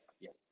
yes